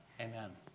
Amen